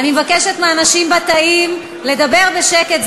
אני מבקשת מהאנשים בתאים לדבר בשקט,